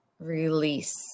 release